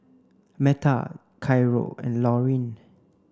Metta and Lauryn